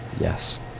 yes